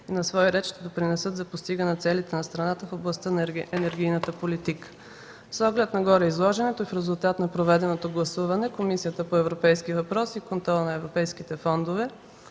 и на свой ред ще допринесат за постигане целите на страната в областта на енергийната политика. С оглед на гореизложеното и в резултат на проведеното гласуване Комисията по европейските въпроси и контрол на европейските фондове